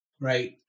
right